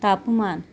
तापमान